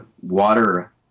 water